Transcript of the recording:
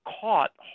caught